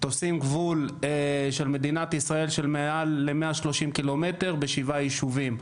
תופסים גבול של מדינת ישראל של מעל ל-130 ק"מ בשבעה יישובים.